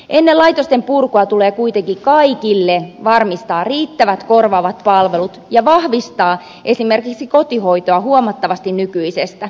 ennen laitosten purkua tulee kuitenkin kaikille varmistaa riittävät korvaavat palvelut ja vahvistaa esimerkiksi kotihoitoa huomattavasti nykyisestä